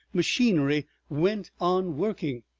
machinery went on working.